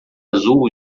azul